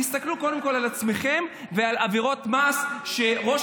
תסתכלו קודם כול על עצמכם ועל עבירות המס שראש